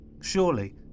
Surely